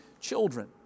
children